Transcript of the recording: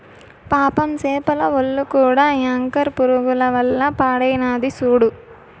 పాపం సేపల ఒల్లు కూడా యాంకర్ పురుగుల వల్ల పాడైనాది సూడు